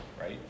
right